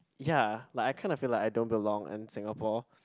ya but I kind of feel like I don't belong in Singapore